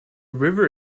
river